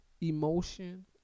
emotion